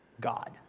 God